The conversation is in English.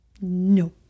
No